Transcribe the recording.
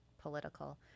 political